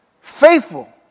Faithful